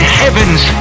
heaven's